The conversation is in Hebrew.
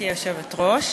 בסדר-היום: